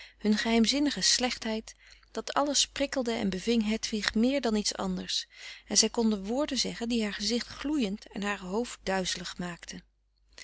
hun geheimzinnige slechtheid dat alles prikkelde en beving hedwig meer dan iets anders en zij konden woorden zeggen die haar gezicht gloeiend en haar hoofd duizelig maakten